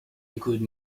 include